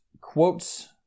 quotes